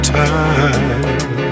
time